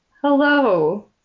Hello